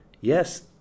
Yes